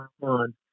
on